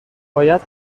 باید